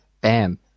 Bam